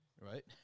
right